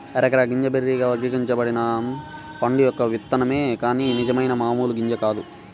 areca గింజ బెర్రీగా వర్గీకరించబడిన పండు యొక్క విత్తనమే కాని నిజమైన మామూలు గింజ కాదు